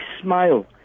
smile